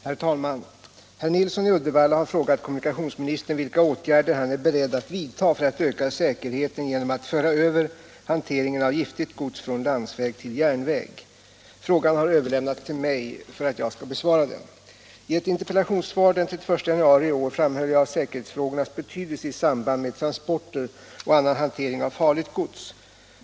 Herr talman! Herr Nilsson i Uddevalla har frågat kommunikationsministern vilka åtgärder han är beredd att vidta för att öka säkerheten genom att föra över hanteringen av giftigt gods från landsväg till järnväg. Frågan har överlämnats till mig för att jag skall besvara den. I ett interpellationssvar den 31 januari i år framhöll jag säkerhetsfrågornas betydelse i samband med transporter och annan hantering av farligt gods.